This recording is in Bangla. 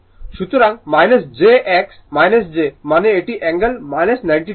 সুতরাং j x j মানে এটি অ্যাঙ্গেল - 90o